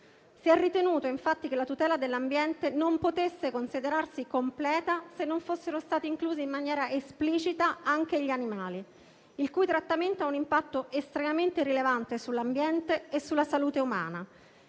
Si è ritenuto, infatti, che la tutela dell'ambiente non potesse considerarsi completa, se non fossero stati inclusi in maniera esplicita anche gli animali, il cui trattamento ha un impatto estremamente rilevante sull'ambiente e sulla salute umana.